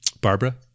Barbara